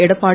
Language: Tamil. எடப்பாடி